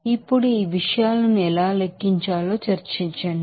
ఇప్పుడు ఈ విషయాలను ఎలా లెక్కించాలో చర్చించండి